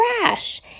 crash